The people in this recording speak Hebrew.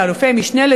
לאלופי-משנה,